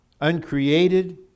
uncreated